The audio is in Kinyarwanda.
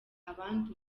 abandi